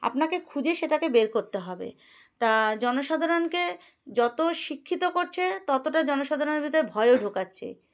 আপনাকে খুঁজে সেটাকে বের করতে হবে তা জনসাধারণকে যত শিক্ষিত করছে ততটা জনসাধারণের ভিতরে ভয়ও ঢোকাচ্ছে